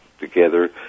together